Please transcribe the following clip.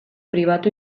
pribatu